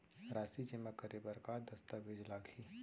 राशि जेमा करे बर का दस्तावेज लागही?